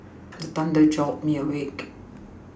the thunder jolt me awake